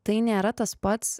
tai nėra tas pats